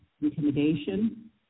intimidation